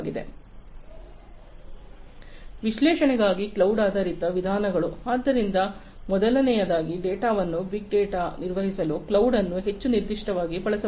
ಆದ್ದರಿಂದ ವಿಶ್ಲೇಷಣೆಗಾಗಿ ಕ್ಲೌಡ್ ಆಧಾರಿತ ವಿಧಾನಗಳು ಆದ್ದರಿಂದ ಮೊದಲನೆಯದಾಗಿ ಡೇಟಾವನ್ನು ಬಿಗ್ ಡೇಟಾವನ್ನು ನಿರ್ವಹಿಸಲು ಕ್ಲೌಡ್ ಅನ್ನು ಹೆಚ್ಚು ನಿರ್ದಿಷ್ಟವಾಗಿ ಬಳಸಬಹುದು